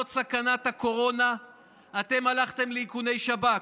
סכנת הקורונה אתם הלכתם לאיכוני שב"כ,